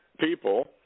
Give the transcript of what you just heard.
people